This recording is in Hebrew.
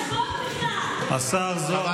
חבר הכנסת עודה, תם הזמן.